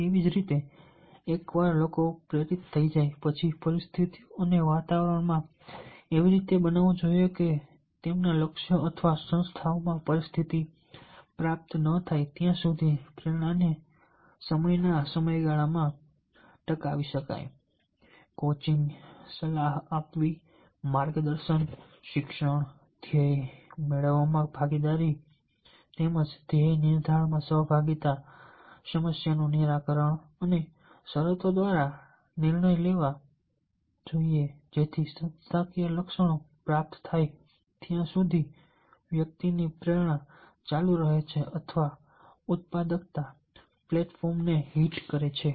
તેવી જ રીતે એકવાર લોકો પ્રેરિત થઈ જાય પછી પરિસ્થિતિઓ અને વાતાવરણ એવી રીતે બનાવવું જોઈએ કે જેથી તેમના લક્ષ્યો અથવા સંસ્થાઓમાં પરિસ્થિતિ પ્રાપ્ત થાય ત્યાં સુધી પ્રેરણાને સમયના સમયગાળામાં ટકાવી શકાય કોચિંગ સલાહ આપવી માર્ગદર્શન શિક્ષણ ધ્યેય મેળવવામાં ભાગીદારી ધ્યેય નિર્ધારણમાં સહભાગિતા સમસ્યાનું નિરાકરણ અને શરતો દ્વારા નિર્ણય લેવા એવી રીતે લેવા જોઈએ જેથી સંસ્થાકીય લક્ષ્યો પ્રાપ્ત થાય ત્યાં સુધી વ્યક્તિની પ્રેરણા ચાલુ રહે અથવા ઉત્પાદકતા પ્લેટફોર્મને હિટ કરે છે